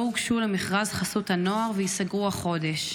הוגשו למכרז חסות הנוער וייסגרו החודש.